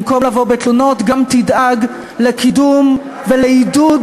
במקום לבוא בתלונות גם תדאג לקידום ולעידוד,